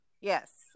Yes